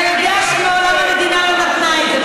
אתה יודע שמעולם המדינה לא נתנה את זה,